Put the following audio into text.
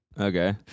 Okay